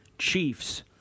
Chiefs